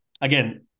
again